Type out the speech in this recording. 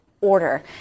order